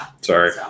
Sorry